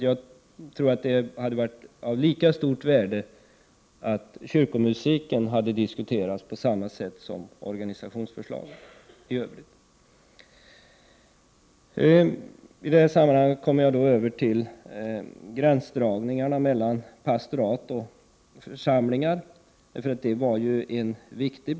Jag tror att det varit av lika stort värde att diskutera förslaget angående kyrkomusiken på samma sätt som man diskuterat organisationsförslaget i övrigt. I detta sammanhang vill jag komma in på gränsdragningen mellan pastorat och församlingar, eftersom detta var en viktig del av organisationsförändringen.